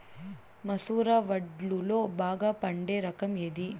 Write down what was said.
మసూర వడ్లులో బాగా పండే రకం ఏది?